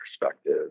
perspective